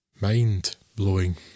Mind-blowing